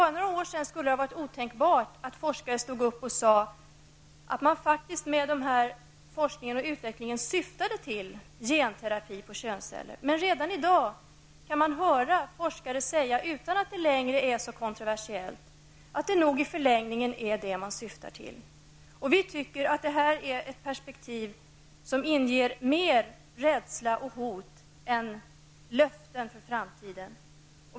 Det skulle tidigare ha varit otänkbart att forskare sade att man med denna forskning och utveckling faktiskt syftade till genterapi på könsceller. Redan i dag kan man dock höra forskare säga -- utan att det längre är så kontroversiellt -- att det nog är det man syftar till i förlängningen. Vi tycker att det här är ett perspektiv som inger mer rädsla och hot än löften inför framtiden.